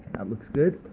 that looks good.